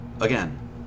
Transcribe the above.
Again